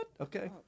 Okay